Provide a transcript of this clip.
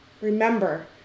Remember